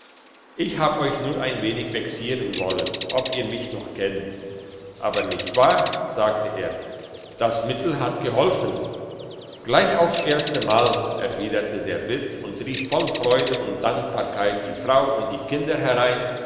ich habe euch nur ein wenig vexieren wollen ob ihr mich noch kennt aber nicht wahr sagte er das mittel hat geholfen gleich aufs erste mal erwiderte der wirt und rief voll freude und dankbarkeit die frau und die kinder herein